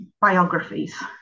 biographies